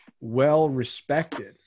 well-respected